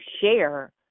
share